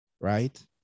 right